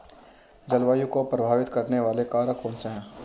जलवायु को प्रभावित करने वाले कारक कौनसे हैं?